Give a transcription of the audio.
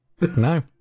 No